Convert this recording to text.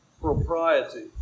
propriety